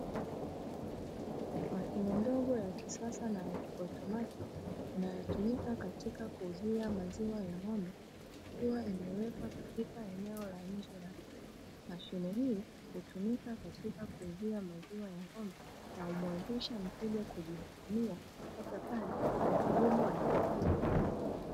Mashine ndogo ya kisasa na kiautomatiki inayotumika katika kuuzia maziwa ya ng'ombe, ikiwa imewekwa katika eneo la nje la duka, mashine hii hutumika katika kuuzia maziwa ya ng'ombe na humuwezesha mteja kujihudumia hata pale muhudumu anapokuwa hayupo.